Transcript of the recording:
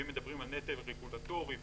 ואם מדברים על נטל רגולטורי ובירוקרטיה,